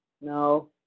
No